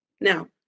Now